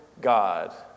God